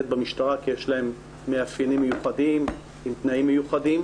במשטרה כי יש להן מאפיינים מיוחדים עם תנאים מיוחדים.